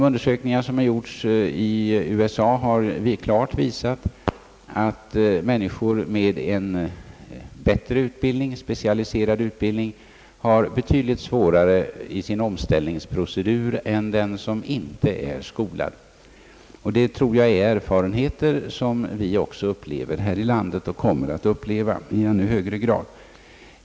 Undersökningar som gjorts i USA har klart visat att människor med en bättre, mera specialiserad utbildning har betydligt svårare i sin omställningsprocedur än de som inte är skolade. Dessa erfarenheter tror jag att vi upplever också här i landet — och kommer att uppleva i ännu högre grad.